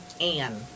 Anne